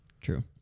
True